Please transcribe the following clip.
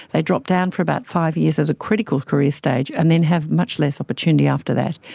they drop down for about five years as a critical career stage and then have much less opportunity after that.